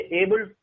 able